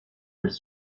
elles